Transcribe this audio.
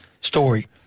story